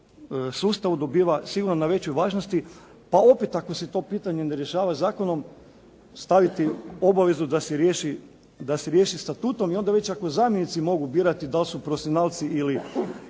sustavu dobiva sigurno na većoj važnosti, pa opet ako se to pitanje ne rješava zakonom staviti obavezu da se riješi statutom i onda već ako zamjenici mogu birati da li su profesionalci ili